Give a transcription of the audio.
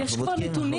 יש כבר נתונים.